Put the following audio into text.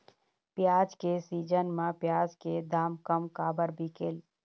प्याज के सीजन म प्याज के दाम कम काबर बिकेल?